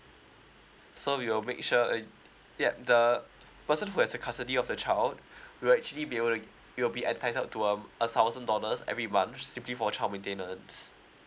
so we will make sure uh yup the person who has the custody of the child will actually be able you'll be entitled to um a thousand dollars every monthly silly for child maintenance